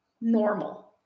normal